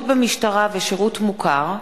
(שירות במשטרה ושירות מוכר)